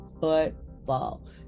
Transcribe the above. football